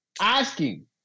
asking –